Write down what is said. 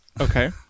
Okay